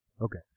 Okay